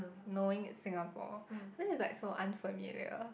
knowing it's Singapore cause it's like so unfamiliar